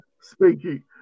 Speaking